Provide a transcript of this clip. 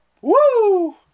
woo